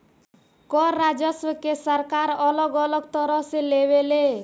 कर राजस्व के सरकार अलग अलग तरह से लेवे ले